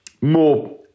more